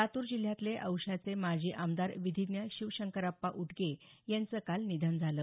लातूर जिल्ह्यातले औश्याचे माजी आमदार विधीज्ञ शिवशंकरअप्पा उटगे यांचं काल निधन झालं